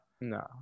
No